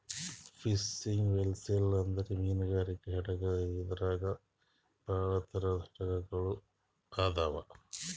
fishing vessel ಅಂದ್ರ ಮೀನ್ಗಾರಿಕೆ ಹಡಗ್ ಇದ್ರಾಗ್ ಭಾಳ್ ಥರದ್ ಹಡಗ್ ಗೊಳ್ ಅದಾವ್